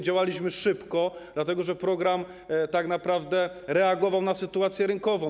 Działaliśmy szybko, dlatego że program tak naprawdę reagował na sytuację rynkową.